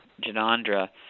Janandra